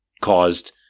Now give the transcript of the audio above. caused